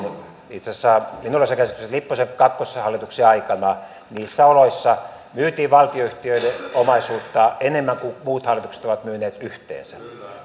itse asiassa minulla on se käsitys että lipposen kakkoshallituksen aikana niissä oloissa myytiin valtionyhtiöiden omaisuutta enemmän kuin muut hallitukset ovat myyneet yhteensä